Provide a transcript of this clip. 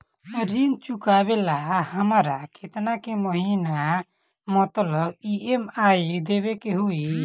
ऋण चुकावेला हमरा केतना के महीना मतलब ई.एम.आई देवे के होई?